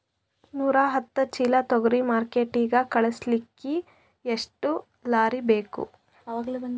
ನೂರಾಹತ್ತ ಚೀಲಾ ತೊಗರಿ ಮಾರ್ಕಿಟಿಗ ಕಳಸಲಿಕ್ಕಿ ಎಷ್ಟ ಲಾರಿ ಬೇಕು?